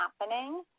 happening